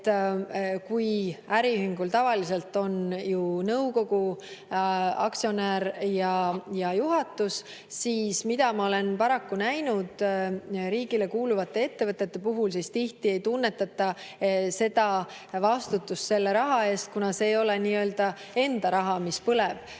Kui äriühingul tavaliselt on ju nõukogu, aktsionär ja juhatus, siis ma olen paraku näinud riigile kuuluvate ettevõtete puhul, et tihti ei tunnetata vastutust selle raha eest, kuna see ei ole nii-öelda enda raha, mis põleb.